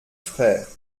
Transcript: frères